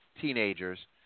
teenagers